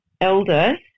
elders